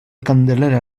candelera